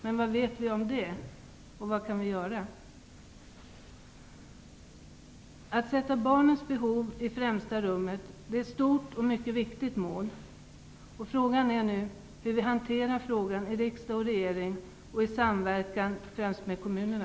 Men vad vet vi om det och vad kan vi göra? Att sätta barnens behov i främsta rummet är ett stort och mycket viktigt mål. Frågan är nu hur vi hanterar detta i riksdag och regering och i samverkan med främst kommunerna.